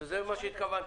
זה מה שהתכוונתי.